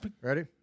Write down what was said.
Ready